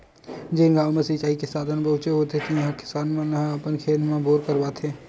जेन गाँव म सिचई के साधन नइ पहुचे हे तिहा के किसान मन ह अपन खेत म बोर करवाथे